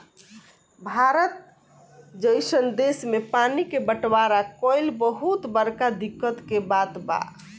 भारत जइसन देश मे पानी के बटवारा कइल बहुत बड़का दिक्कत के बात बा